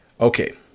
Okay